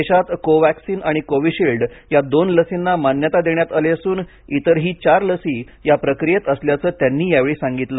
देशात कोर्वेक्सीन आणि कोविशिल्ड या दोन लसीना मान्यता देण्यात आली असून इतरही चार लसी या प्रक्रियेत असल्याचं त्यांनी यावेळी सांगितलं